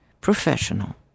professional